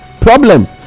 problem